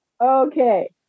okay